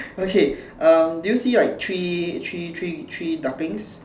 okay uh did you see like three three three three ducklings